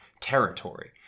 territory